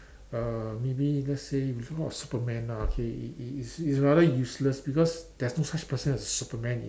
uh maybe let's say it's not Superman ah okay it it's it's rather useless because there's no such person as a Superman in